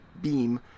beam